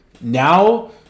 now